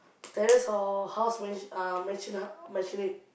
terrace or house mansio~ uh mansion~ uh masionette